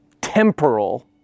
temporal